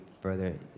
further